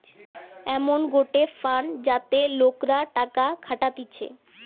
এমন গটে ফান্ড যাতে লোকরা টাকা খাটাতিছে